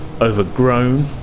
overgrown